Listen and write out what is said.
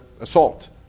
assault